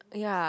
ya